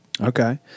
Okay